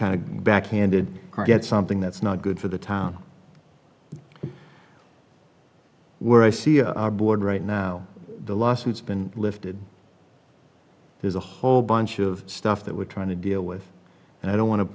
of backhanded get something that's not good for the town where i see a board right now the lawsuits been lifted there's a whole bunch of stuff that we're trying to deal with and i don't want to